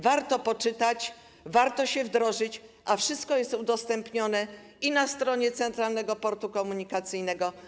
Warto poczytać, warto się wdrożyć, a wszystko jest udostępnione na stronie Centralnego Portu Komunikacyjnego.